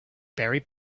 berry